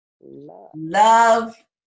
love